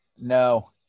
no